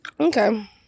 okay